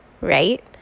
Right